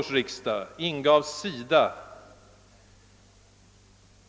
års riksdag ingav SIDA